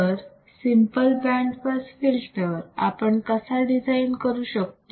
तर simple band pass filter आपण कसा डिझाईन करू शकतो